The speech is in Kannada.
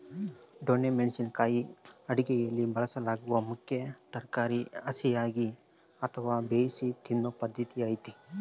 ದೊಣ್ಣೆ ಮೆಣಸಿನ ಕಾಯಿ ಅಡುಗೆಯಲ್ಲಿ ಬಳಸಲಾಗುವ ಮುಖ್ಯ ತರಕಾರಿ ಹಸಿಯಾಗಿ ಅಥವಾ ಬೇಯಿಸಿ ತಿನ್ನೂ ಪದ್ಧತಿ ಐತೆ